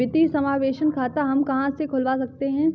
वित्तीय समावेशन खाता हम कहां से खुलवा सकते हैं?